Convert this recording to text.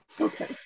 Okay